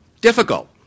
Difficult